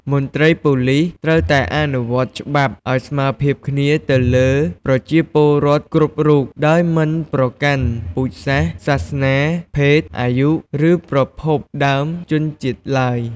មន្ត្រីប៉ូលិសត្រូវតែអនុវត្តច្បាប់ដោយស្មើភាពគ្នាទៅលើប្រជាពលរដ្ឋគ្រប់រូប ដោយមិនប្រកាន់ពូជសាសន៍ សាសនា ភេទ អាយុ ឬប្រភពដើមជនជាតិឡើយ។